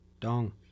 Dong